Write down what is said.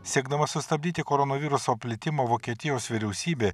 siekdama sustabdyti koronaviruso plitimą vokietijos vyriausybė